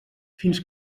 fins